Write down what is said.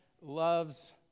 loves